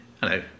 Hello